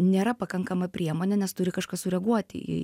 nėra pakankama priemonė nes turi kažkas sureaguoti į